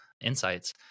insights